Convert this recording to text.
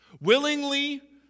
Willingly